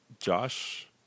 Josh